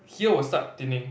here will start thinning